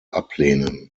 ablehnen